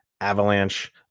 Avalanche